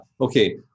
okay